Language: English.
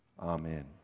Amen